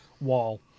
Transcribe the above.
wall